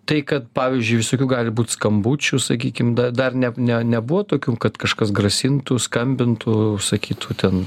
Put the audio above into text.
tai kad pavyzdžiui visokių gali būt skambučių sakykim da dar ne ne nebuvo tokių kad kažkas grasintų skambintų sakytų ten